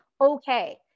okay